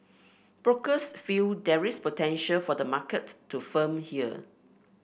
brokers feel there is potential for the market to firm here